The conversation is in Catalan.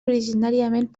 originàriament